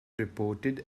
reported